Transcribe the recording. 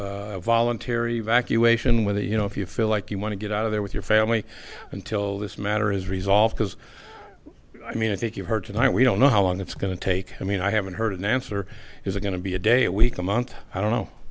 if voluntary evacuation whether you know if you feel like you want to get out of there with your family until this matter is resolved because i mean i think you've heard tonight we don't know how long it's going to take i mean i haven't heard an answer is going to be a day a week a month i don't know